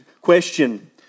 question